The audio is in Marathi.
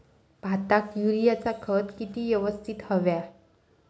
भाताक युरियाचा खत किती यवस्तित हव्या?